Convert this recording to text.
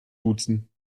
duzen